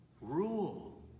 rule